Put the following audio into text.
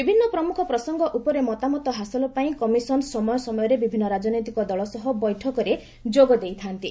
ବିଭିନ୍ନ ପ୍ରମୁଖ ପ୍ରସଙ୍ଗ ଉପରେ ମତାମତ ହାସଲପାଇଁ କମିଶନ୍ ସମୟ ସମୟରେ ବିଭିନ୍ନ ରାଜନୈତିକ ଦଳ ସହ ବୈଠକରେ ଯୋଗ ଦେଇଥାନ୍ତି